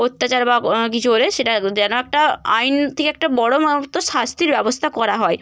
অত্যাচার বা কিছু হলে সেটা দেনো একটা আইন থেকে একটা বড় মতো শাস্তির ব্যবস্থা করা হয়